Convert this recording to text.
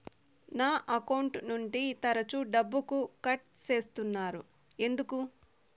నా అకౌంట్ నుండి తరచు డబ్బుకు కట్ సేస్తున్నారు ఎందుకు